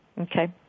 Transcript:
Okay